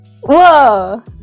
whoa